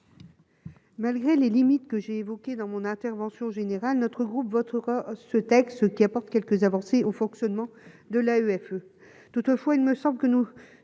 Malgré les limites que j'ai évoquées dans mon intervention générale notre groupe votera ce texte qui apporte quelques avancées au fonctionnement de la EFE toutefois il me semble que nous